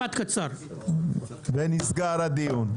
נסגר הדיון.